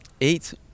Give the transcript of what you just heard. eight